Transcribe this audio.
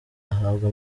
ahabwa